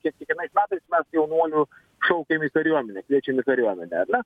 kiek kiekvienais metais mes jaunuolių šaukiam į kariuomenę kviečiam į kariuomenę ar ne